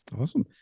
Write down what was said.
Awesome